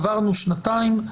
עברנו שנתיים,